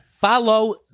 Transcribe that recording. Follow